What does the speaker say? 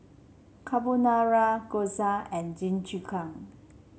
Carbonara Gyoza and Jingisukan